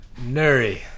Nuri